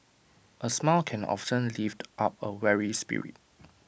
A smile can often lift up A weary spirit